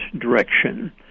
direction